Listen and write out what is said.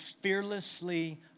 fearlessly